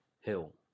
Hill